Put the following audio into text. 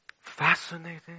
fascinating